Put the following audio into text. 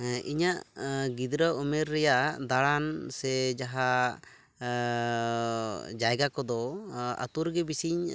ᱦᱮᱸ ᱤᱧᱟᱹᱜ ᱜᱤᱫᱽᱨᱟᱹ ᱩᱢᱮᱨ ᱨᱮᱭᱟᱜ ᱫᱟᱬᱟᱱ ᱥᱮ ᱡᱟᱦᱟᱸ ᱡᱟᱭᱜᱟ ᱠᱚᱫᱚ ᱟᱹᱛᱩᱨᱮᱜᱮ ᱵᱮᱥᱤᱧ